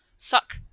suck